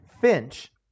Finch